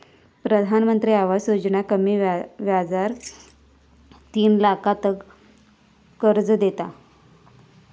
प्रधानमंत्री आवास योजना कमी व्याजार तीन लाखातागत कर्ज देता